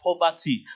poverty